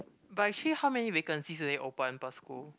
but actually how many vacancies do they open per school